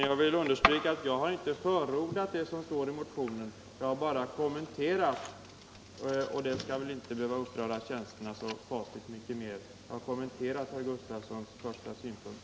Jag vill understryka att jag inte förordat det som står i motionen utan bara kommenterat det, och det skall väl inte behöva uppröra känslorna så mycket.